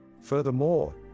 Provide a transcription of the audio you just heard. Furthermore